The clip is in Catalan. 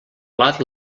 plat